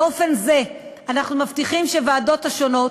באופן זה אנחנו מבטיחים שהוועדות השונות